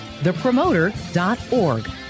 thepromoter.org